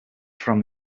from